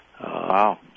Wow